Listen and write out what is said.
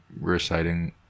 reciting